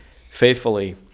faithfully